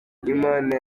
imana